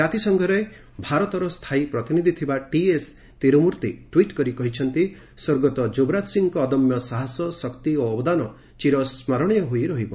ଜାତିସଂଘରେ ଭାରତରେ ସ୍ଥାୟୀ ପ୍ରତିନିଧି ଟିଏସ ତିରୁମୂର୍ତ୍ତି ଟୁଇଟ୍ କରି କହିଛନ୍ତି ସ୍ୱର୍ଗତ ଯୁବରାଜ ସିଂଙ୍କ ଅଦମ୍ୟ ସାହସ ଶକ୍ତି ଓ ଅବଦାନ ଚିରସ୍କରଣୀୟ ହୋଇ ରହିବ